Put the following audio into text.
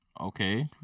Okay